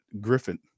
Griffin